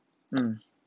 mm